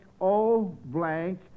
O-blank